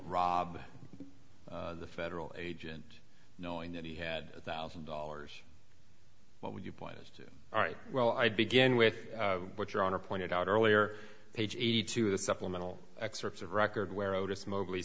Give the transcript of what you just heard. rob the federal agent knowing that he had a thousand dollars what would you point to all right well i'd begin with what your honor pointed out earlier page eighty two of the supplemental excerpts of record where otis mobley